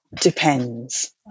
depends